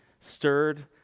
stirred